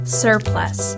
surplus